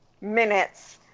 minutes